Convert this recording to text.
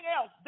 else